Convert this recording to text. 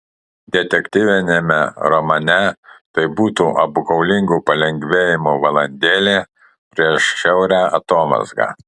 detektyviniame romane tai būtų apgaulingo palengvėjimo valandėlė prieš žiaurią atomazgą